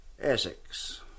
Essex